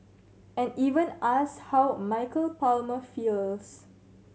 and even ask how Michael Palmer feels